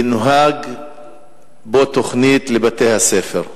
תונהג בו תוכנית לבתי-הספר.